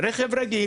רכב רגיל,